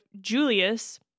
Julius